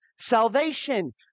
salvation